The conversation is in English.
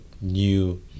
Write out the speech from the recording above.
new